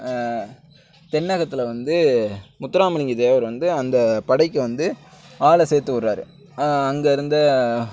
தென்னகத்தில் வந்து முத்துராமலிங்க தேவர் வந்து அந்த படைக்கு வந்து ஆளை சேர்த்து விடுறாரு அங்கே இருந்த